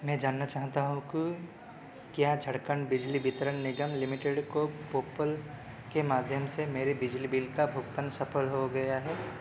मैं जानना चाहता हूँ कि क्या झारखंड बिजली वितरण निगम लिमिटेड को पोपल के माध्यम से मेरे बिजली बिल का भुगतान सफल हो गया है